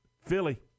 Philly